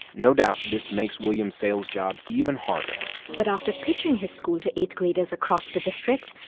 no doubt, this makes williams' sales job even harder but after pitching his school to eighth-graders across the district,